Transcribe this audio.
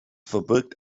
verbirgt